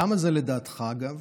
למה זה לדעתך, אגב?